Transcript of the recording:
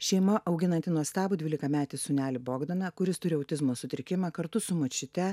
šeima auginanti nuostabų dvylikametį sūnelį bogdaną kuris turi autizmo sutrikimą kartu su močiute